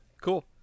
cool